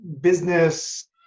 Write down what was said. business